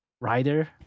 rider